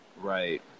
Right